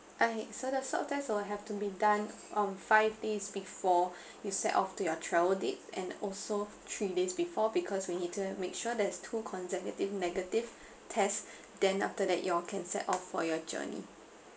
okay so the swab test will have to be done on five days before you set off to your travel date and also three days before because we need to make sure there's two consecutive negative tests then after that you all can set off for your journey